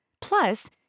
Plus